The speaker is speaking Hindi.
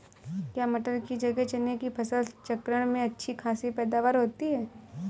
क्या मटर की जगह चने की फसल चक्रण में अच्छी खासी पैदावार होती है?